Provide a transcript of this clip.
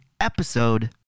episode